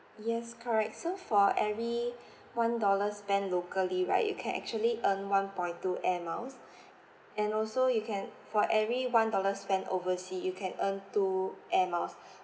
yes correct so for every one dollar spend locally right you can actually earn one point two air miles and also you can for every one dollar spend overseas you can earn two air miles